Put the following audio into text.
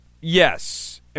Yes